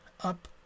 Up